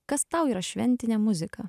kas tau yra šventinė muzika